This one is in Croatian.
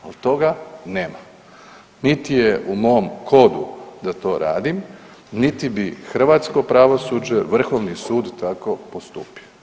Ali toga nema, niti je u mom kodu da to radim, niti bi hrvatsko pravosuđe, Vrhovni sud tako postupio.